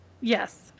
Yes